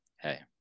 hey